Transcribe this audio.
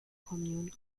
commune